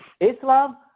Islam